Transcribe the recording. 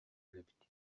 эбит